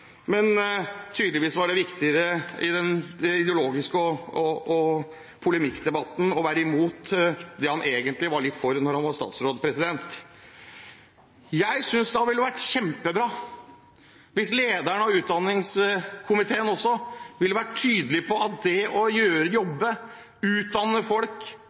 Men tydeligvis var det viktigere i denne ideologi- og polemikkdebatten å være imot det han egentlig var litt for da han var statsråd. Jeg synes det ville ha vært kjempebra hvis lederen av utdanningskomiteen også hadde vært tydelig på at det å jobbe, utdanne folk,